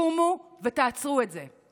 קומו ותעצרו את זה,